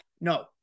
No